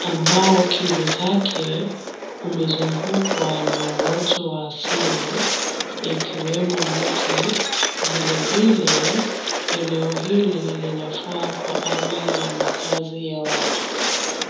ambao kingo zake kumezungukwa na uoto wa asili ikiwemo miti vilevile eneo hili linafaa kwa ajili ya makazi ya watu.